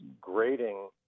grading